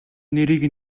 нэрийг